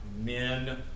men